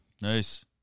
Nice